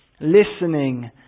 listening